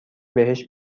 بهش